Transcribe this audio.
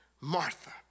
Martha